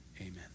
Amen